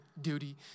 duty